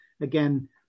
again